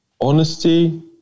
Honesty